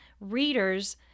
readers